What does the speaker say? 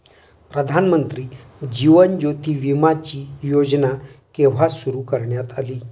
प्रधानमंत्री जीवन ज्योती विमाची योजना केव्हा सुरू करण्यात आली?